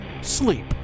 Sleep